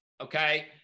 okay